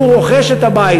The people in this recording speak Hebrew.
אם הוא רוכש את הבית,